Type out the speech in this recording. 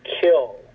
kill